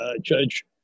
Judge